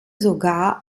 sogar